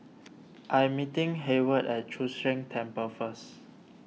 I'm meeting Hayward at Chu Sheng Temple first